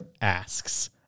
asks